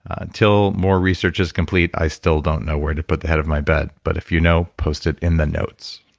until more research is complete, i still don't know where to put the head of my bed. but if you know, post it in the notes